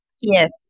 Yes